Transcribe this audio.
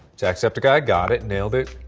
jacksepticeye, got it. nailed it.